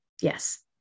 Yes